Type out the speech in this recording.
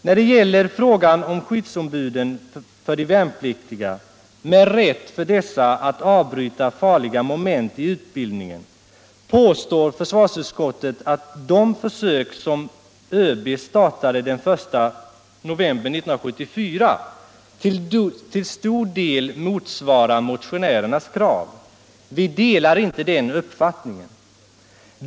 När det gäller frågan om skyddsombuden för de värnpliktiga med rätt för dessa att avbryta farliga moment i utbildningen påstår försvarsutskottet att de försök som ÖB startade den 1 november 1974 till stor del motsvarar motionärernas krav. Vi delar inte den uppfattningen.